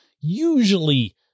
usually